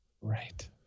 Right